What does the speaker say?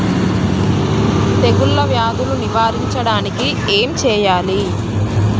తెగుళ్ళ వ్యాధులు నివారించడానికి ఏం చేయాలి?